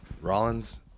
Rollins